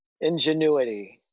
Ingenuity